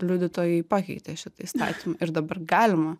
liudytojai pakeitė šitą įstatymą ir dabar galima